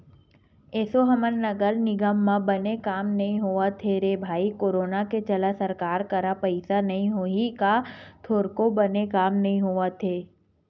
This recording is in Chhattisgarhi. एसो हमर नगर निगम म बने काम नइ होवत हे रे भई करोनो के चलत सरकार करा पइसा नइ होही का थोरको बने काम नइ होवत हे